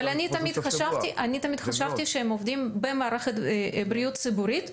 אבל אני תמיד חשבתי שהם עובדים במערכת הבריאות הציבורית.